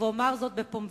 ואומר זאת בפומבי"